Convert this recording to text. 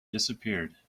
disappeared